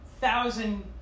thousand